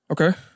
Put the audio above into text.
Okay